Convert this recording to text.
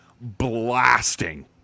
blasting